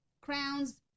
crowns